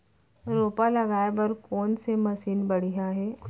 रोपा लगाए बर कोन से मशीन बढ़िया हे?